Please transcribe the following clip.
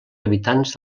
habitants